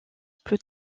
plus